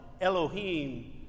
Elohim